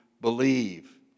believe